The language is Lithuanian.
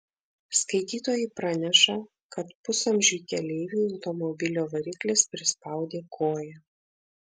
skaitytojai praneša kad pusamžiui keleiviui automobilio variklis prispaudė koją